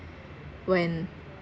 when